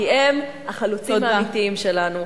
כי הם החלוצים האמיתיים שלנו.